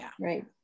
right